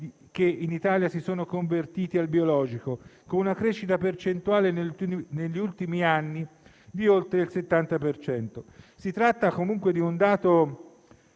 che in Italia sono stati convertiti al biologico, con una crescita percentuale, negli ultimi anni, di oltre il 70 per cento. Si tratta comunque di un dato